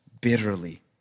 bitterly